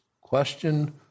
question